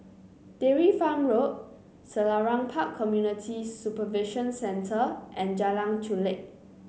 Dairy Farm Road Selarang Park Community Supervision Centre and Jalan Chulek